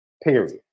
Period